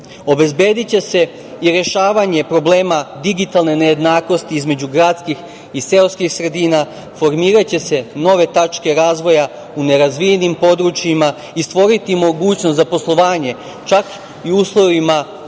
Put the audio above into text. Obezbediće se i rešavanje problema digitalne nejednakosti između gradskih i seoskih sredina, formiraće se nove tačke razvoja u nerazvijenim područjima i stvoriti mogućnost za poslovanje čak i uslovima krize,